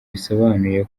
bisobanuye